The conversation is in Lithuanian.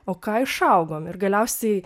o ką išaugom ir galiausiai